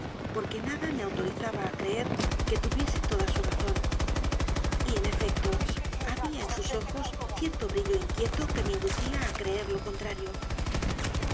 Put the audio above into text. porque nada me autorizaba á creer que tuviese toda su razón y en efecto había en sus ojos cierto brillo inquieto que me inducía á creer lo contrario